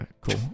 cool